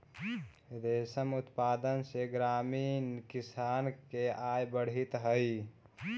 रेशम उत्पादन से ग्रामीण किसान के आय बढ़ित हइ